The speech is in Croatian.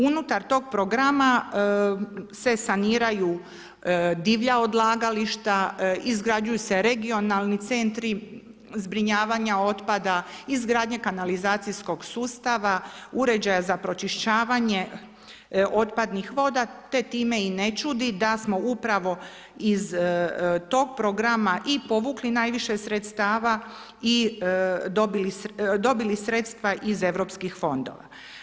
Unutar tog programa se saniraju divlja odlagališta, izgrađuju se regionalni centri zbrinjavanja otpada, izgradnje kanalizacijskog sustava, uređaja za pročišćavanje otpadnih voda, te time i ne čudi da smo upravo iz tog programa i povukli najviše sredstava i dobili sredstva iz EU fondova.